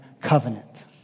covenant